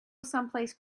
someplace